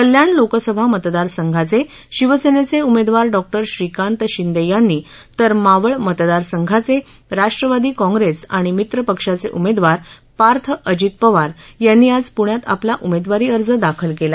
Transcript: कल्याण लोकसभा मतदारसंघाचे शिवसेनेचे उमेदवार डॉक्टर श्रीकांत शिंदे यांनी तर मावळ मतदारसंघाचे राष्ट्रवादी काँग्रेस आणि मित्र पक्षाचे उमेदवार पार्थ अजित पवार यांनी आज पुण्यात आपला उमेदवारी अर्ज दाखल केला